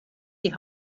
die